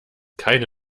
keine